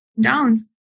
downs